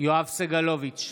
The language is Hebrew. יואב סגלוביץ'